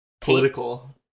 Political